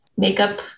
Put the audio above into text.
makeup